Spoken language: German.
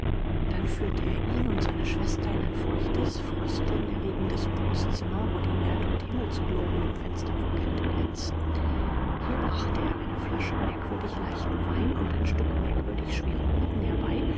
dann führte er ihn und seine schwester in ein feuchtes fröstelnerregendes putzzimmer wo die erdund himmelsgloben im fenster vor kälte glänzten hier brachte er eine flasche merkwürdig leichten wein und ein stück merkwürdig schweren kuchen herbei